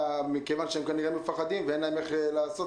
מכיוון שהם כנראה מפחדים ואין להם איך לדווח,